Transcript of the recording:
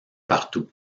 partout